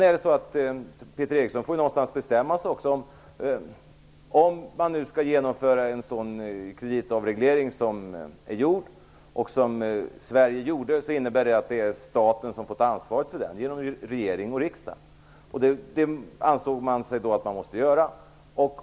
Peter Eriksson får bestämma sig. Om man skall genomföra en sådan kreditavreglering som Sverige gjorde innebär det att staten får ta ansvaret för den genom regering och riksdag. Det ansåg man då att man måste göra.